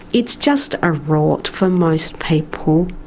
it's just a rort for most people.